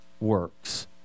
works